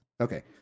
Okay